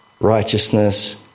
righteousness